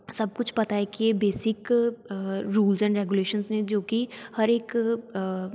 ਸਭ ਕੁਛ ਪਤਾ ਹੈ ਕਿ ਇਹ ਬੇਸਿਕ ਰੂਲਸ ਐਂਡ ਰੈਗੂਲੇਸ਼ਨਸ ਨੇ ਜੋ ਕਿ ਹਰ ਇੱਕ